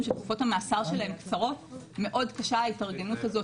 שתקופות המאסר שלהם קצרות מאוד קשה ההתארגנות הזאת,